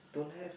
don't have